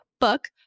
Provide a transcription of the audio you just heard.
book